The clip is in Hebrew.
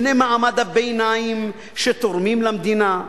בני מעמד הביניים, שתורמים למדינה,